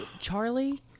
Charlie